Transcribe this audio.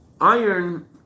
iron